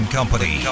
Company